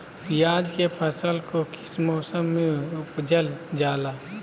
प्याज के फसल को किस मौसम में उपजल जाला?